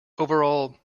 overall